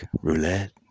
Roulette